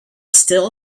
still